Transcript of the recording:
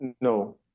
No